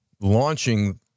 launching